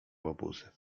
łobuzy